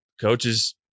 Coaches